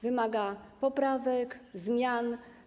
Wymaga poprawek, zmian.